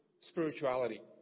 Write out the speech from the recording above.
spirituality